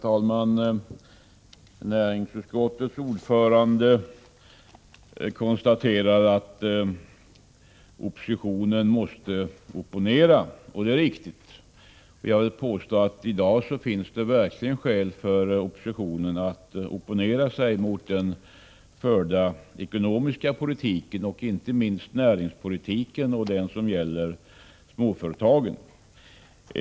Herr talman! Näringsutskottets ordförande konstaterade att oppositionen måste opponera. Det är riktigt. Jag vill påstå att det i dag verkligen finns skäl för oppositionen att opponera sig mot den förda ekonomiska politiken och då inte minst den näringspolitik som gäller småföretagen.